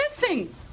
missing